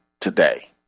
today